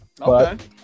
okay